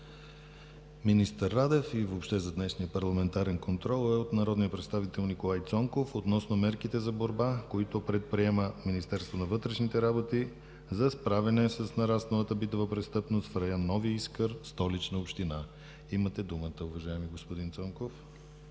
министър Радев и въобще за днешния парламентарен контрол е от народния представител Николай Цонков – относно мерките за борба, които предприема Министерството на вътрешните работи, за справяне с нарасналата битова престъпност в район „Нови Искър“, Столична община. Имате думата, уважаеми господин Цонков.